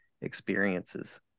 experiences